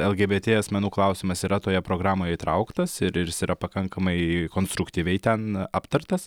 lgbt asmenų klausimas yra toje programoje įtrauktas ir ir jis yra pakankamai konstruktyviai ten aptartas